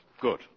Good